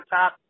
top